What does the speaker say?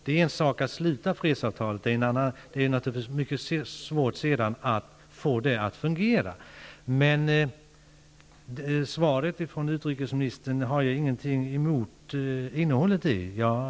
Det är en sak att sluta fredsavtal -- det är en annan sak att få det att fungera; det är naturligtvis svårt. Jag har ingenting emot innehållet i svaret från utrikesministern.